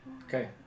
Okay